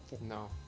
No